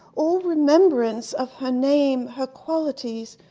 all remembrance of her name, her qualities,